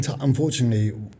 unfortunately